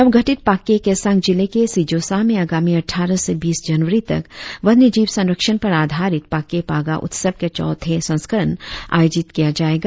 नव गठित पाक्के केसांग जिले के सिजोसा में आगामी अटठारह से बीस जनवरी तक वन्यजीव संरक्षण पर आधारित पाक्के पागा उत्सव के चौथे संस्करण आयोजित किया जाएगा